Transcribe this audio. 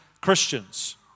Christians